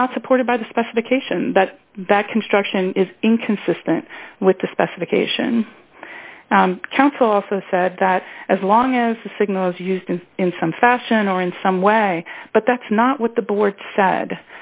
is not supported by the specification but that construction is inconsistent with the specification counsel also said that as long as the signals used and in some fashion or in some way but that's not what the board said